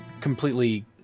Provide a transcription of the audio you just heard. completely